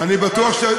אני בטוח,